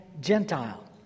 Gentile